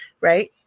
right